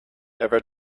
never